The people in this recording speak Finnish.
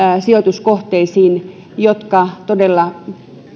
sijoituskohteisiin jotka todella